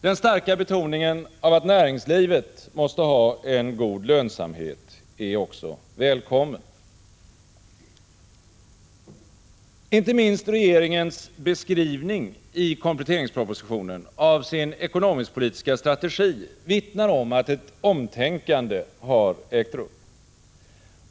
Den starka betoningen av att näringslivet måste ha en god lönsamhet är också välkommen. Inte minst regeringens beskrivning i kompletteringspropositionen av sin ekonomisk-politiska strategi vittnar om att ett omtänkande har ägt rum.